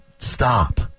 Stop